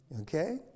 okay